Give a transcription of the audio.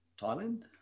Thailand